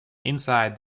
inside